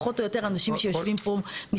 פחות או יותר אנשים שיושבים פה מסביב